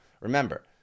Remember